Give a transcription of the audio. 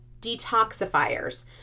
detoxifiers